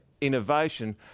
innovation